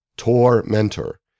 Tor-mentor